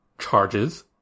charges